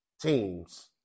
teams